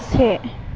से